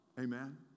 Amen